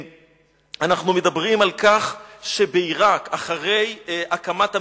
אנחנו מדברים על כך שבעירק, אחרי הקמת המדינה,